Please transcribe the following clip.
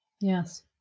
Yes